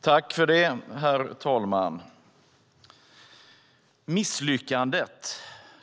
Herr talman!